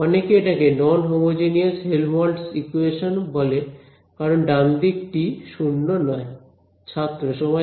অনেকে এটাকে non homogeneous Helmholtz equation বলে কারণ ডান দিক টি 0 নয়